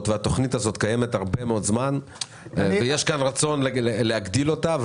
והתכנית הזאת קיימת הרבה מאוד זמן ויש כאן רצון להגדיל אותה.